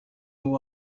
ubu